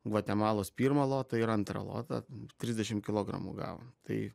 gvatemalos pirmą lotą ir antrą lotą trisdešim kilogramų gavom tai